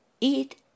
eat